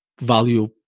value